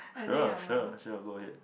sure sure sure go ahead